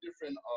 different